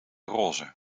roze